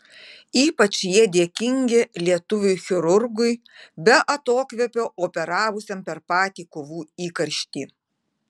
ypač jie dėkingi lietuviui chirurgui be atokvėpio operavusiam per patį kovų įkarštį